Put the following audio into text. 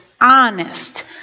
honest